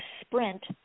sprint